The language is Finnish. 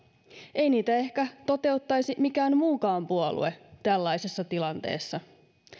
ei niitä ehkä toteuttaisi mikään muukaan puolue tällaisessa tilanteessa